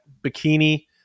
bikini